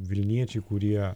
vilniečiai kurie